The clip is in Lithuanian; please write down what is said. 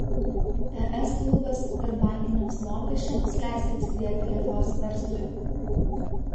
es lubos tarpbankiniams mokesčiams leis atsikvėpti lietuvos verslui